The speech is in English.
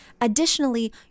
additionally